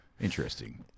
interesting